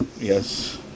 Yes